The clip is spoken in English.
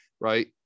right